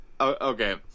Okay